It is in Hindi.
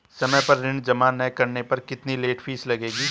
समय पर ऋण जमा न करने पर कितनी लेट फीस लगेगी?